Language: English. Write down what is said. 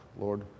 Lord